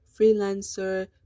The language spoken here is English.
freelancer